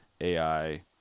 AI